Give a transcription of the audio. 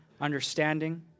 understanding